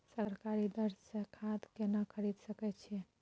सरकारी दर से खाद केना खरीद सकै छिये?